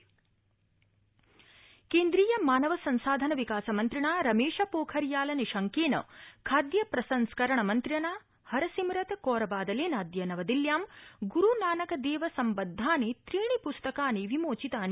गुरुनानक जन्मशताब्दी केन्द्रीय मानव संसाधन विकास मन्त्रिणा रमेश पोखरियाल निशंकेन खादय प्रसंस्करण मन्त्रिणा हरसमिरत कौर बादलेनाद्य नवदिल्ल्यां ग्रु नानक देव सम्बद्धानि त्रीणि पुस्तकानि विमोचितानि